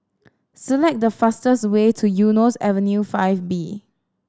select the fastest way to Eunos Avenue Five B